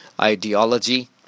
ideology